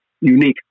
unique